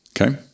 Okay